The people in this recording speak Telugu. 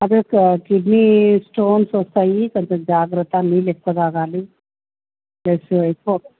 అది ఒక కిడ్నీ స్టోన్స్ వస్తాయి కొంచెం జాగ్రత్త నీళ్ళు ఎక్కువ తాగాలి ప్లస్ ఎక్కువ